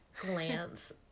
glance